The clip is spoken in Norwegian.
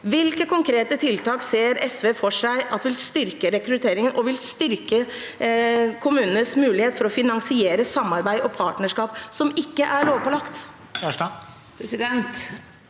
Hvilke konkrete tiltak ser SV for seg vil styrke rekrutteringen og styrke kommunenes mulighet for å finansiere samarbeid og partnerskap som ikke er lovpålagt?